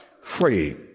Free